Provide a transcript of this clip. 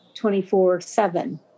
24-7